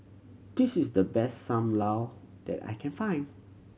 this is the best Sam Lau that I can find